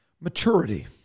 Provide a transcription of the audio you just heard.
Maturity